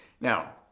Now